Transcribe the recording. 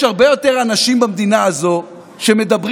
יש הרבה יותר אנשים במדינה הזו שמדברים